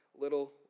little